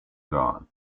god